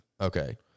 Okay